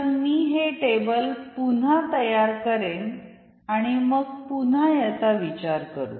तर मी हे टेबल पुन्हा तयार करेन आणि मग पुन्हा याचा विचार करू